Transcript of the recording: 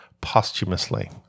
posthumously